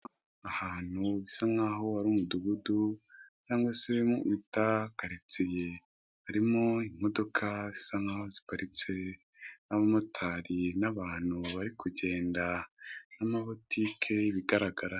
Ahantu bisa nkaho ari umudugudu cyangwa se bita karitsiye harimo imodoka zisa nkaho ziparitse, n'abamotari, n'abantu bari kugenda n'amabotike ibigaragara.